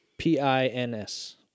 P-I-N-S